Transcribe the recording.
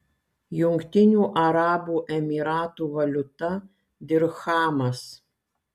jungtinių arabų emyratų valiuta dirchamas